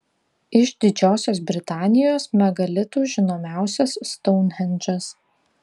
iš didžiosios britanijos megalitų žinomiausias stounhendžas